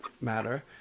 matter